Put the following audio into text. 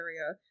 area